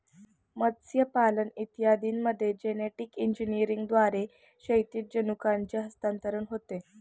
मत्स्यपालन इत्यादींमध्ये जेनेटिक इंजिनिअरिंगद्वारे क्षैतिज जनुकांचे हस्तांतरण होते